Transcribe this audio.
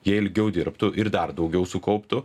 jie ilgiau dirbtų ir dar daugiau sukauptų